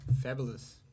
Fabulous